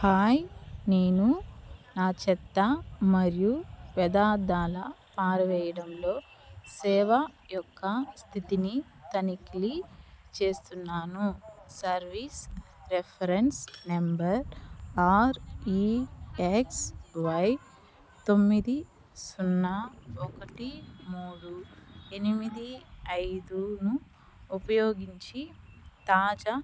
hi నేను నా చెత్త మరియు వ్యర్థాల పారవెయ్యడంలో సేవ యొక్క స్థితిని తనిఖీ చేస్తున్నాను service reference number REX Y తొమ్మిది సున్నా ఒకటి మూడు ఎనిమిది ఐదును ఉపయోగించి తాజా